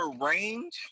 range